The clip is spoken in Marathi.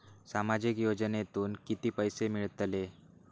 सामाजिक योजनेतून किती पैसे मिळतले?